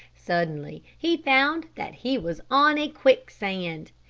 suddenly he found that he was on a quicksand.